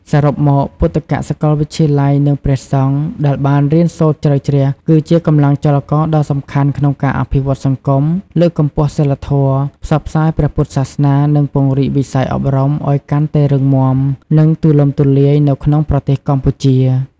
សរុបមក ពុទ្ធិកសាកលវិទ្យាល័យ និងព្រះសង្ឃដែលបានរៀនសូត្រជ្រៅជ្រះ គឺជាកម្លាំងចលករដ៏សំខាន់ក្នុងការអភិវឌ្ឍសង្គម លើកកម្ពស់សីលធម៌ ផ្សព្វផ្សាយព្រះពុទ្ធសាសនា និងពង្រីកវិស័យអប់រំឱ្យកាន់តែរឹងមាំ និងទូលំទូលាយនៅក្នុងប្រទេសកម្ពុជា។